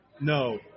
No